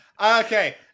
Okay